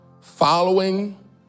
Following